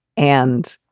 and,